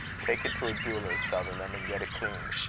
take it to a jeweller's, sutherland, and get it cleaned,